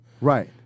Right